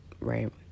right